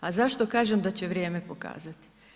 A zašto kažem da će vrijeme pokazati?